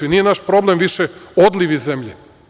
Nije naš problem više odliv iz zemlje.